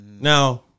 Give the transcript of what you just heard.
Now